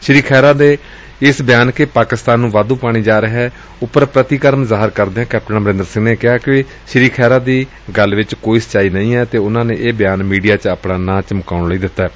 ਸ੍ਰੀ ਖਹਿਰਾ ਦੇ ਇਸ ਬਿਆਨ ਚ ਪਾਕਿਸਤਾਨ ਨੂੰ ਵਾਧੂ ਪਾਣੀ ਜਾ ਰਿਹੈ ਉਪਰ ਪ੍ਰਤੀਕਰਮ ਜ਼ਾਹਿਰ ਕਰਦਿਆਂ ਕੈਪਟਨ ਅਮਰਿਦਰ ਸਿੰਘ ਨੇ ਕਿਹਾ ਕਿ ਸ੍ਰੀ ਖਹਿਰਾ ਦੀ ਗੱਲ ਵਿਚ ਕੋਈ ਸਚਾਈ ਨਹੀਂ ਏ ਅਤੇ ਉਨੂਾਂ ਨੇ ਇਹ ਬਿਆਨ ਮੀਡੀਆ ਚ ਆਪਣਾ ਨਾਂ ਚਮਕਾਉਣ ਲਈ ਦਿੱਤੈ